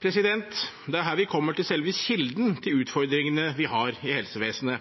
Det er her vi kommer til selve kilden til utfordringene vi har i helsevesenet.